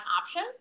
option